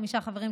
חמישה חברים,